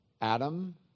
Adam